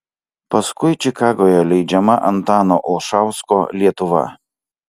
paskui čikagoje leidžiama antano olšausko lietuva